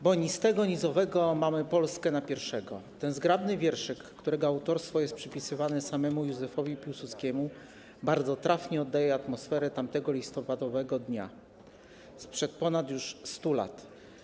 Bo ni z tego, ni z owego mamy Polskę na pierwszego” - ten zgrabny wierszyk, którego autorstwo jest przypisywane samemu Józefowi Piłsudskiemu, bardzo trafnie oddaje atmosferę tamtego listopadowego dnia sprzed ponad 100 lat.